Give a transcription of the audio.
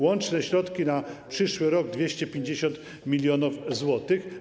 Łączne środki na przyszły rok: 250 mln zł.